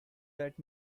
that